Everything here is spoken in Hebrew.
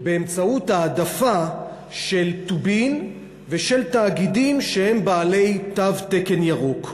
באמצעות העדפה של טובין ושל תאגידים שהם בעלי תו תקן ירוק.